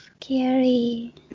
scary